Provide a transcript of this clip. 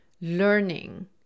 learning